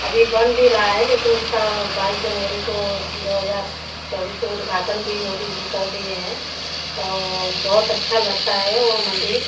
अभी बन भी रहा है लेकिन उसका बाईस जनवरी को दो हज़ार चौबीस को उद्घाटन भी मोदी जी कर दिए हैं आ वो बु त अच्छा लगता है वो मंदर